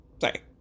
sorry